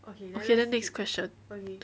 okay then next question